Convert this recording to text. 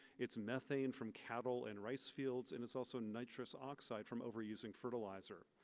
it's methane from cattle and rice fields, and it's also nitrous oxide from overusing fertilizer.